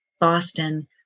Boston